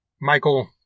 Michael